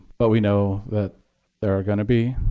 but we know that there are going to be